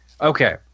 Okay